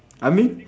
I mean